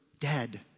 dead